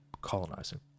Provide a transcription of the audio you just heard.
colonizing